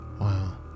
Wow